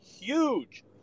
huge